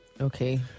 Okay